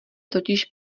totiž